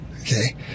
Okay